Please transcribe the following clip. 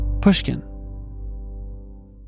pushkin